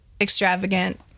extravagant